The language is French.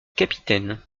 capitaine